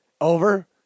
Over